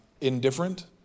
indifferent